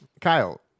Kyle